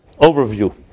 overview